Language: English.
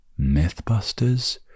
Mythbusters